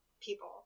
people